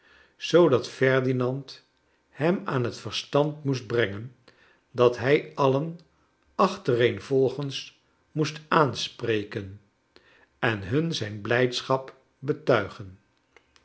zoodat ferdinand hem aan het verstand moest brengen dat hij alien achtereenvolgens moest aanspreken en hun zijn blijdschap betuigen